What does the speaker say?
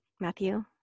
matthew